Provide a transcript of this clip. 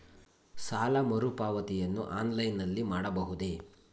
ಸಾಲ ಮರುಪಾವತಿಯನ್ನು ಆನ್ಲೈನ್ ನಲ್ಲಿ ಮಾಡಬಹುದೇ?